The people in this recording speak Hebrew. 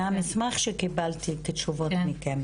מהסמך שקיבלתי את התשובות מכם,